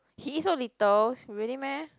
he eat so little really meh